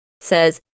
says